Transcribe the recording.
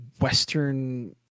Western